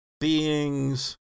beings